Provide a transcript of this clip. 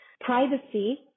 privacy